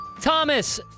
Thomas